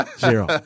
Zero